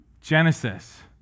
Genesis